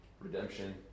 redemption